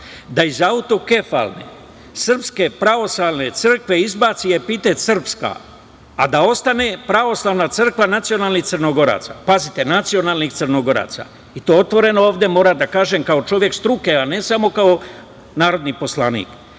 da iz autokefalne SPC izbaci epitet srpska, a da ostane pravoslavna crkva nacionalnih Crnogoraca. Pazite, nacionalnih Crnogoraca. I to otvoreno ovde moram da kažem kao čovek struke, a ne samo kao narodni poslanik. Isto